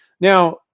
Now